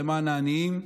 למען העניים.